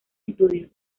estudios